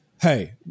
hey